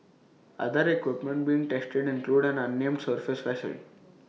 other equipment being tested include an unnamed surface vessel